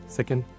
Second